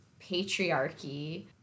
patriarchy